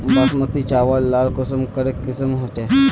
बासमती चावल लार कुंसम करे किसम होचए?